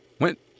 went